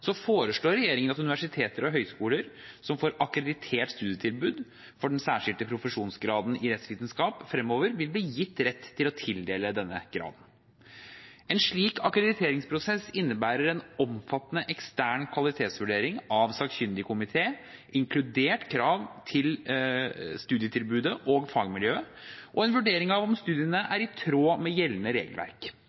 foreslår regjeringen at universiteter og høyskoler som får akkreditert studietilbud for den særskilte profesjonsgraden i rettsvitenskap fremover, vil bli gitt rett til å tildele denne graden. En slik akkrediteringsprosess innebærer en omfattende ekstern kvalitetsvurdering av sakkyndig komité, inkludert krav til studietilbudet og fagmiljøet, og en vurdering av om studiene er i tråd med gjeldende regelverk,